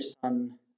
son